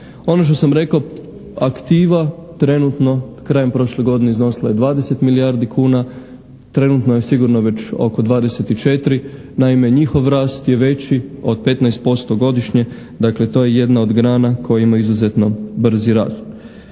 Ono što sam rekao, aktiva trenutno krajem prošle godine iznosila je 20 milijardi kuna, trenutno je sigurno već oko 24. naime njihov rast je veći od 15% godišnje, dakle to je jedna od grana koja ima izuzetno brzi rast.